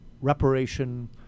reparation